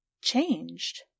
changed